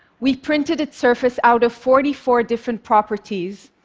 we printed its surface out of forty four different properties,